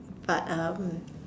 but um